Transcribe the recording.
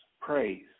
praise